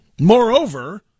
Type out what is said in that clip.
Moreover